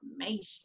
information